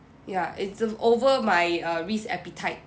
ya it's uh over my err risk appetite